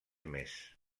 més